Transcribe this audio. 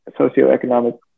socioeconomic